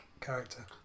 character